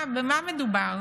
במה מדובר?